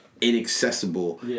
inaccessible